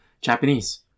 Japanese